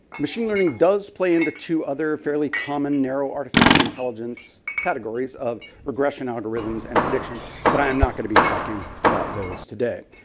machine learning does play into two other fairly common narrow artificial intelligence categories of progression algorithms and prediction that but i am not going to be talking about those today.